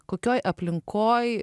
kokioj aplinkoj